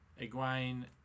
Egwene